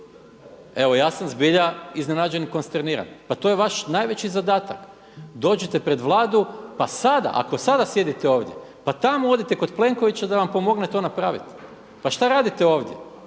Evo ja sam zbilja iznenađen i konsterniran. Pa to je vaš najveći zadatak. dođite pred Vladu pa sada ako sjedite ovdje pa tamo odite kod Plenkovića da vam pomogne to napraviti. Pa šta radite ovdje?